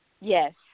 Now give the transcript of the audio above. Yes